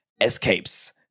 escapes